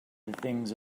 things